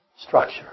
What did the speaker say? structure